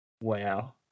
Wow